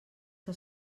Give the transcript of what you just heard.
que